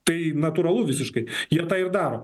tai natūralu visiškai jie tą ir daro